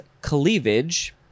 cleavage